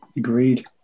agreed